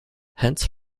hence